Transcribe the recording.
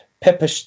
pepper